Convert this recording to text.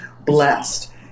blessed